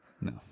No